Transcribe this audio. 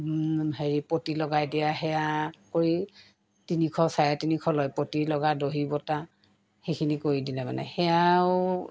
হেৰি পতি লগাই দিয়া সেয়া কৰি তিনিশ চাৰে তিনিশ লয় পতি লগা দহি বটা সেইখিনি কৰি দিলে মানে সেয়াও